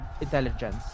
intelligence